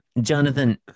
Jonathan